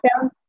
down